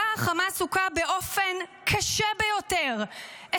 שבה חמאס הוכה באופן קשה ביותר,